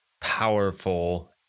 powerful